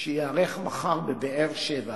שייערך מחר בבאר-שבע